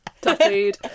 Tattooed